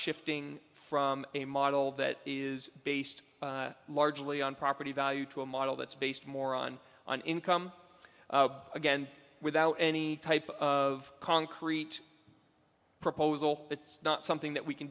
shifting from a model that is based largely on property value to a model that's based more on an income again without any type of concrete proposal it's not something that we can